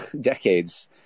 decades